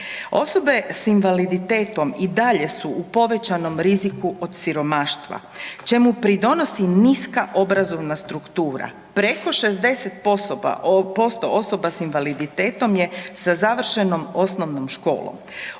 Osobe s invaliditetom su i dalje u povećanom riziku od siromaštva čemu pridonosi niska obrazovna struktura. Preko 60% osoba s invaliditetom je sa završenom osnovnom školom